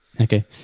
okay